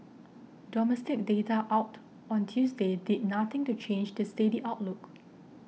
domestic data out on Tuesday did nothing to change the steady outlook